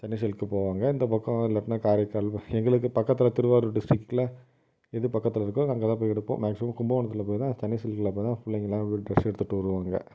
சென்னை சில்குக்கு போவாங்க இந்த பக்கம் இல்லாட்டினா காரைக்கால் எங்களுக்கு பக்கத்தில் திருவாரூர் டிஸ்ட்ரிக்டில் எது பக்கத்தில் இருக்கோ அங்கேதான் போய் எடுப்போம் மேக்சிமம் கும்பகோணத்தில் போய் தான் சென்னை சில்கில் போய்தான் பிள்ளைங்கள்லாம் போய் ட்ரெஸ் எடுத்துகிட்டு வருவாங்க